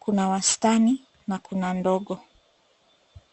kuna wastani na kuna ndogo.